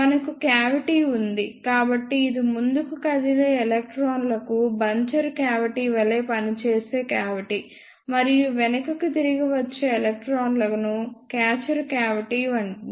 మనకు క్యావిటీ ఉంది కాబట్టి ఇది ముందుకు కదిలే ఎలక్ట్రాన్లకు బంచర్ క్యావిటీ వలె పనిచేసే క్యావిటీ మరియు వెనుకకు తిరిగి వచ్చే ఎలక్ట్రాన్లను క్యాచర్ క్యావిటీ వఉంది